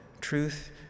truth